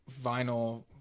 vinyl